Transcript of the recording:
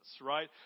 right